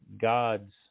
God's